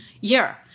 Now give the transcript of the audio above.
year